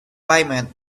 payment